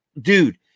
dude